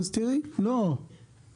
הנה,